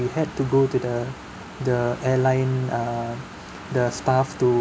we had to go to the the airline err the staff to